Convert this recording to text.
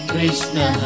Krishna